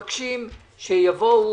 את לא מקשיבה לי.